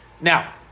now